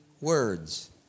words